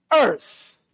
earth